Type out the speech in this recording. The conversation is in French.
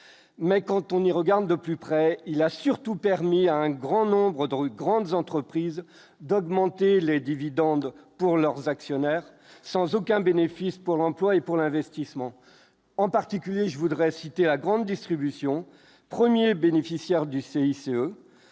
mais quand on y regarde de plus près, il a surtout permis à un grand nombre de rues, grandes entreprises, d'augmenter les dividendes pour leurs actionnaires, sans aucun bénéfice pour l'emploi et pour l'investissement en particulier, je voudrais citer la grande distribution 1er bénéficiaire du CICE